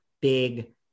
big